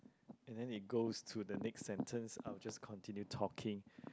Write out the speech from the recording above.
and then it goes to the next sentence I'll just continue talking